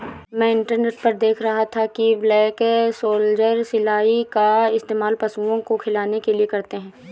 मैं इंटरनेट पर देख रहा था कि ब्लैक सोल्जर सिलाई का इस्तेमाल पशुओं को खिलाने के लिए करते हैं